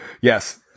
Yes